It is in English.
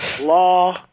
law